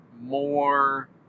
more